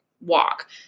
walk